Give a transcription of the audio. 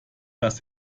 das